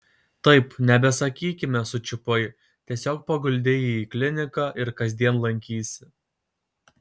taip nebesakykime sučiupai tiesiog paguldei jį į kliniką ir kasdien lankysi